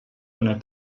una